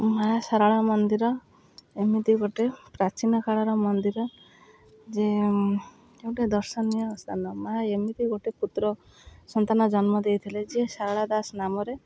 ମା' ଶାରଳା ମନ୍ଦିର ଏମିତି ଗୋଟେ ପ୍ରାଚୀନକାଳର ମନ୍ଦିର ଯେ ଗୋଟେ ଦର୍ଶନୀୟ ସ୍ଥାନ ମା' ଏମିତି ଗୋଟେ ପୁତ୍ର ସନ୍ତାନ ଜନ୍ମ ଦେଇଥିଲେ ଯିଏ ଶାରଳା ଦାସ ନାମରେ